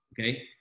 okay